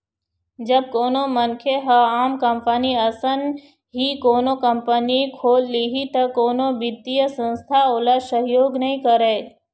जब कोनो मनखे ह आम कंपनी असन ही कोनो कंपनी खोल लिही त कोनो बित्तीय संस्था ओला सहयोग नइ करय